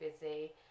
busy